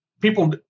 people –